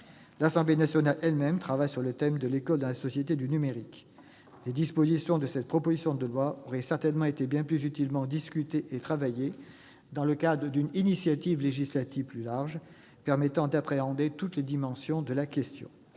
L'Assemblée nationale elle-même travaille sur le thème de l'école dans la société du numérique. Les dispositions de cette proposition de loi auraient certainement été bien plus utilement discutées et travaillées dans le cadre d'une initiative législative plus large, permettant d'appréhender toutes les dimensions de la question.